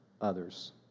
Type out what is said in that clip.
others